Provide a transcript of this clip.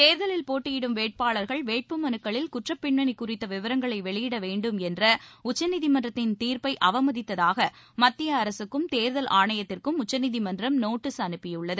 தேர்தலில் போட்டியிடும் வேட்பாளர்கள் வேட்புமனுக்களில் குற்றப் பின்னணி குறித்த விவரங்களை வெளியிட வேண்டும் என்ற உச்சநீதிமன்றத்தின் தீர்ப்பை அவமதித்ததாக மத்திய அரசுக்கும் தேர்தல் ஆணையத்திற்கும் உச்சநீதிமன்றம் நோட்டீஸ் அனுப்பியுள்ளது